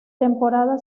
temporada